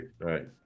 right